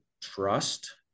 trust